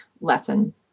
lesson